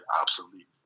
obsolete